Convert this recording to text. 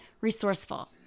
resourceful